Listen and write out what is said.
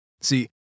See